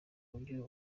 buryo